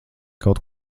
kaut